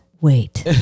wait